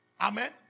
Amen